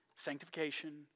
Sanctification